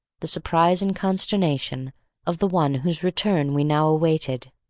the surprise and consternation of the one whose return we now awaited.